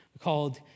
called